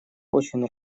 очень